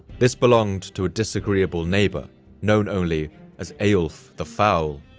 this belonged to a disagreeable neighbor known only as eyjolf the foul.